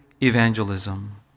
evangelism